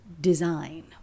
design